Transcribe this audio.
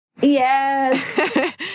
Yes